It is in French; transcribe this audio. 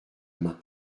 main